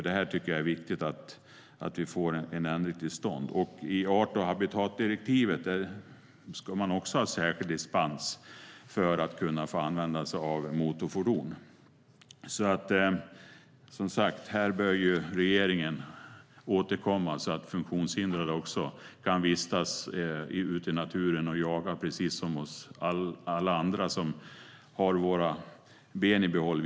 Det är viktigt att vi får en ändring till stånd. Enligt art och habitatdirektivet ska man ha särskild dispens för att kunna använda sig av motorfordon. Här bör regeringen återkomma så att också funktionshindrade kan vistas ute i naturen och jaga precis som vi alla andra som har våra ben i behåll.